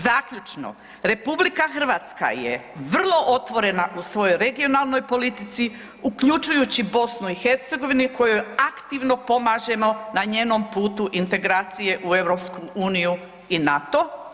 Zaključno, RH je vrlo otvorena u svojoj regionalnoj politici, uključujući BiH kojoj aktivno pomažemo na njenom putu integracije u EU i NATO.